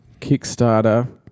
Kickstarter